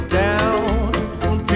down